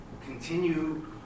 continue